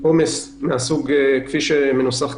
עומס כפי שמנוסח כרגע,